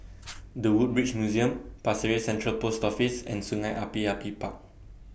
The Woodbridge Museum Pasir Ris Central Post Office and Sungei Api Api Park